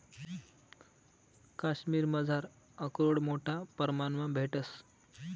काश्मिरमझार आकरोड मोठा परमाणमा भेटंस